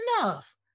enough